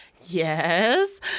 Yes